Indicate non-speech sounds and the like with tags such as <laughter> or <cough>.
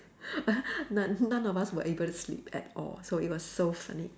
<laughs> none none of us were able to sleep at all so it was so funny